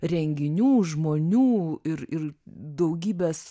renginių žmonių ir ir daugybės